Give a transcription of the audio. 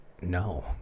no